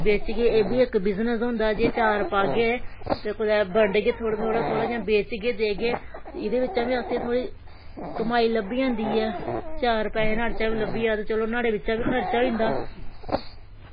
बेचगे एह् बी इक बिजनस होंदा जे चार पाह्गे ते बंडगे थोह्ड़ा थोह्ड़ा जां बेचगे देगे एह्दे बिच्चा बी असें थोह्ड़ी कमाई लब्भी जंदी ऐ चार पैसे नाह्ड़े चा बी लब्भी जा ते चलो नाह्ड़े चा बी खर्चा होई जंदा